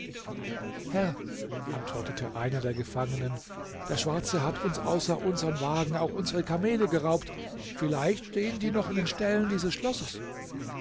herr antwortete einer der gefangenen der schwarze hat uns außer unsern wagen auch unsere kamele geraubt vielleicht stehen sie noch in den ställen dieses schlosses